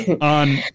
on